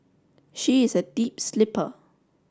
she is a deep sleeper